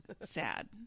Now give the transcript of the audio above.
sad